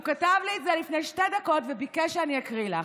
הוא כתב לי את זה לפני שתי דקות וביקש שאני אקריא לך,